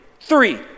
three